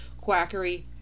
quackery